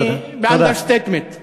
אני באנדרסטייטמנט.